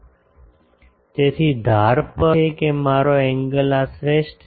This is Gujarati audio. તેથી ધાર પર ફીલ્ડ એમ્પલીટ્યુડ એનો અર્થ એ કે મારો એંગલ આ શ્રેષ્ઠ છે